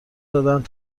دادهاند